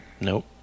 Nope